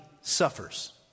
suffers